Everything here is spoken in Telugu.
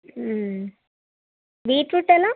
బీట్రూట్ ఎలా